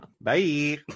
Bye